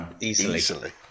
Easily